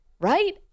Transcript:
right